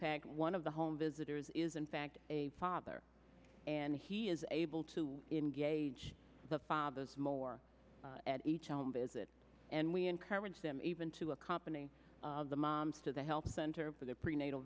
pact one of the home visitors is in fact a father and he is able to engage the fathers more at each album is it and we encourage them even to accompany the moms to the health center for their prenatal